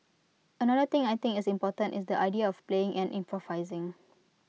another thing I think is important is the idea of playing and improvising